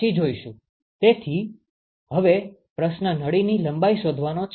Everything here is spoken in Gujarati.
તેથી હવે પ્રશ્ન નળીની લંબાઈ શોધવાનો છે